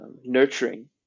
nurturing